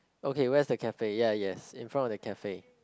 okay where's the cafe ya yes in front of the cafe